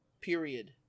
Period